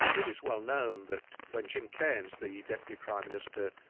it is well known that when jim cairns the deputy prime minister,